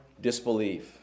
disbelief